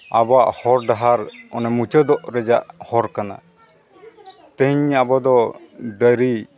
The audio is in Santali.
ᱟᱵᱚᱣᱟ ᱦᱚᱨ ᱰᱟᱦᱟᱨ ᱚᱱᱮ ᱢᱩᱪᱟᱹᱫᱚᱜ ᱨᱮᱭᱟᱜ ᱦᱚᱨ ᱠᱟᱱᱟ ᱛᱮᱦᱮᱧ ᱟᱵᱚ ᱫᱚ ᱰᱟᱹᱝᱨᱤ